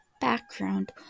background